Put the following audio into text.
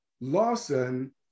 Lawson